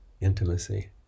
intimacy